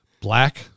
black